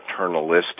maternalistic